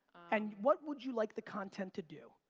and what would you like the content to do?